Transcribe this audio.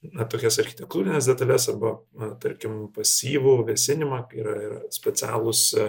na tokias architektūrines detales arba na tarkim pasyvų vėsinimą yra ir specialūs